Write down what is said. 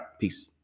peace